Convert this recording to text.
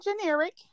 generic